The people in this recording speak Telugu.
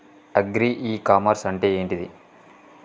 అగ్రి ఇ కామర్స్ అంటే ఏంటిది?